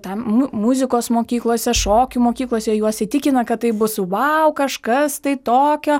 tam mu muzikos mokyklose šokių mokyklose juos įtikina kad tai bus vau kažkas tai tokio